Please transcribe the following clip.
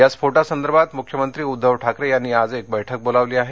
या स्फोटासंदर्भात मुख्यमंत्री उद्दव ठाकरे यांनी आज एका बैठक बोलावली आहे